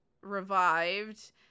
revived